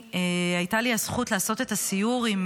הייתה לי הזכות לעשות את הסיור עם